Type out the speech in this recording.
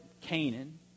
Canaan